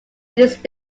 these